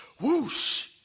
Whoosh